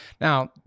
Now